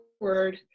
word